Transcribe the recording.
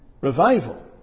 revival